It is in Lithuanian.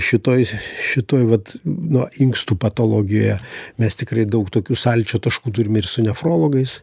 šitoj šitoj vat nuo inkstų patologijoje mes tikrai daug tokių sąlyčio taškų turime ir su nefrologais